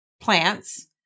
plants